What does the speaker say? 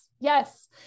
yes